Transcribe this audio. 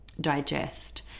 digest